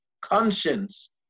Conscience